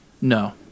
No